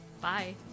bye